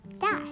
Dash